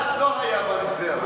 אז לא היה ממזר.